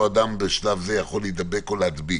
אדם בשלב זה יכול להידבק או להדביק.